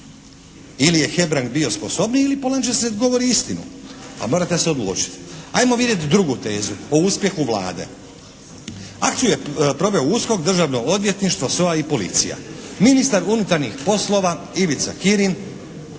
Ili je Hebrang bio sposobniji ili Polančec ne govori istinu. A morate se odlučiti. Ajmo vidjeti drugu tezu o uspjehu Vlade. Akciju je proveo USKOK, Državno odvjetništvo, SOA i policija. Ministar unutarnjih poslova Ivica Kirin